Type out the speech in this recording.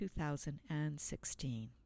2016